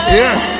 yes